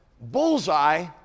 bullseye